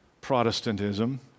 Protestantism